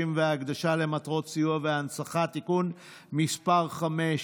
והקדשה למטרות סיוע והנצחה) (תיקון מס' 5),